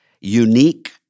unique